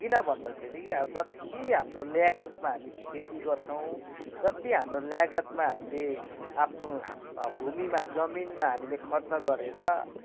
किन भन्दाखेरि अब जति हाम्रो ल्यागतमा खेती गर्छौँ जति हाम्रो ल्यागतमा हामीले आफ्नो भूमिमा जमिनमा हामीले खर्च गरेर